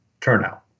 turnout